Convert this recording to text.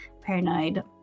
paranoid